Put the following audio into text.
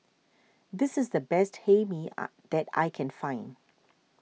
this is the best Hae Mee that I can find